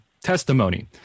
testimony